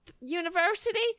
University